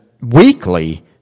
weekly